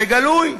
זה גלוי.